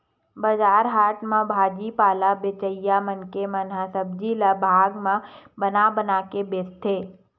बजार हाट म भाजी पाला बेचइया मनखे मन ह भाजी ल भाग म बना बना के बेचथे